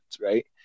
right